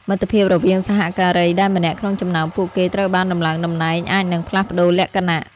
មិត្តភាពរវាងសហការីដែលម្នាក់ក្នុងចំណោមពួកគេត្រូវបានដំឡើងតំណែងអាចនឹងផ្លាស់ប្តូរលក្ខណៈ។